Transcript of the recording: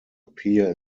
appear